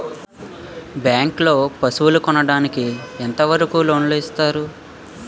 Bank లో పశువుల కొనడానికి ఎంత వరకు లోన్ లు ఇస్తారు?